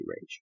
range